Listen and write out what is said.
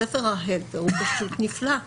הספר --- הוא פשוט נפלא.